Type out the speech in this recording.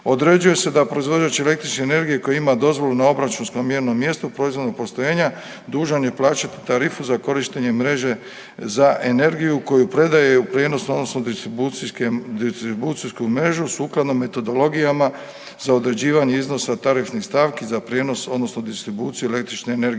Određuje se da proizvođač električne energije koji ima dozvolu na obračunskom mjernom mjestu proizvodnog postrojenja, dužan je plaćati tarifu za korištenje mreže za energiju koju predaje u prijenos odnosno distribucijsku mrežu sukladno metodologijama za određivanje iznosa tarifnih stavki za prijenos odnosno distribuciju električne energije.